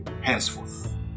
henceforth